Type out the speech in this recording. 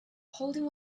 holding